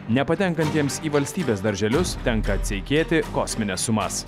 nepatenkantiems į valstybės darželius tenka atseikėti kosmines sumas